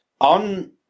on